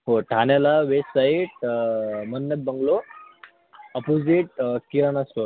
हो ठाण्याला west side Mannat bungalow opposite किराणा स्टोअर साईट